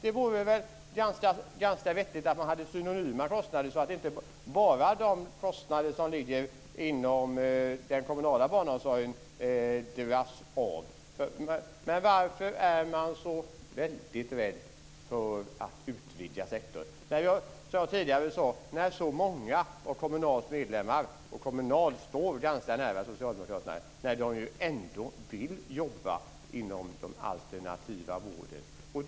Det vore ganska vettigt med synonyma kostnader, så att inte bara kostnaderna för den kommunala barnomsorgen dras av. Varför är man så väldigt rädd för att utvidga sektorn, när så många av Kommunals medlemmar, som jag tidigare sade, står nära Socialdemokraterna? De vill ju jobba inom den alternativa vården.